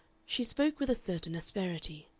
she spoke with a certain asperity.